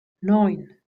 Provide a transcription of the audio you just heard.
neun